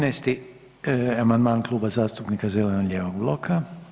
13. amandman Kluba zastupnika zeleno-lijevog bloka.